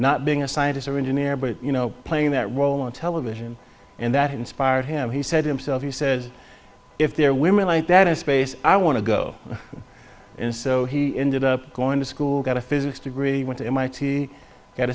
not being a scientist or engineer but you know playing that role on television and that inspired him he said himself he said if there are women like that in space i want to go and so he ended up going to school got a physics degree went to mit got